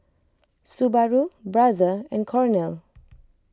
Subaru Brother and Cornell